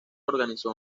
organizó